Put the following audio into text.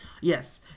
Yes